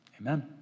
amen